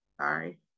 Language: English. Sorry